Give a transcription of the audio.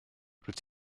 rwyt